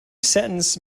sentence